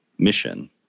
mission